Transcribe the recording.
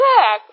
Yes